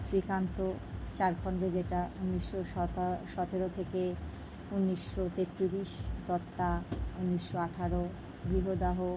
শ্রীকান্ত চার খন্ডে যেটা উনিশশো সাতা সতেরো থেকে উনিশশো তেত্রিশ দত্তা উনিশশো আঠারো গৃহদাহ